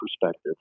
perspective